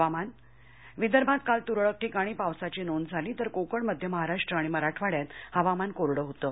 हवामान विदर्भात काल तुरळक ठिकाणी पावसाची नोंद झाली तर कोकणमध्य महाराष्ट्र आणि मराठवाड्यात हवामान कोरडं होतं